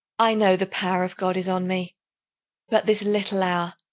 i know the power of god is on me but this little hour,